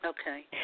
Okay